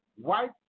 white